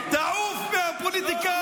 תעוף, תעוף מהפוליטיקה.